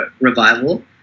revival